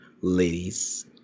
Ladies